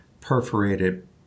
perforated